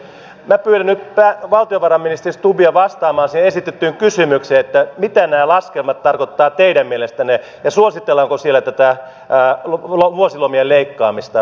minä pyydän nyt valtiovarainministeri stubbia vastaamaan siihen esitettyyn kysymykseen mitä nämä laskelmat tarkoittavat teidän mielestänne ja suositellaanko siellä tätä vuosilomien leikkaamista